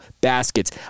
baskets